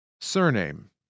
Surname